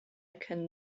can